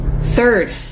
Third